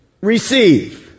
receive